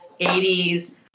80s